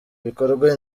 bikorwa